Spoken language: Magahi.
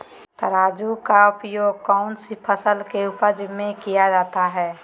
तराजू का उपयोग कौन सी फसल के उपज में किया जाता है?